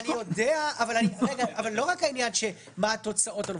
לא רק מה התוצאות אומרות.